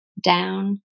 down